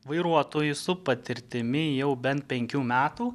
vairuotojui su patirtimi jau bent penkių metų